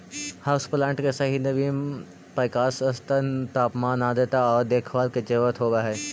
house plant के सही नवीन प्रकाश स्तर तापमान आर्द्रता आउ देखभाल के जरूरत होब हई